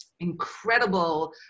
incredible